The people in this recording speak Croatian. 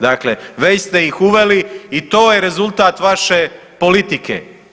Dakle, već ste ih uveli i to je rezultat vaše politike.